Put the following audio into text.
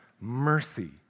mercy